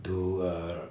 to err